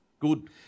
Good